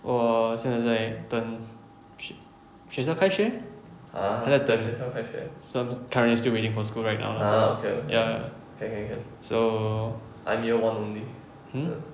我现在在等学学校开学还在等 so currently still waiting for school right now lah ya ya ya so hmm